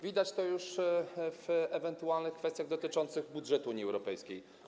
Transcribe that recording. Widać to już przy ewentualnych kwestiach dotyczących budżetu Unii Europejskiej.